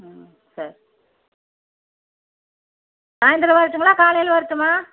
ம் சரி சாய்ந்திரம் வரட்டுங்களா காலையில் வரட்டுமா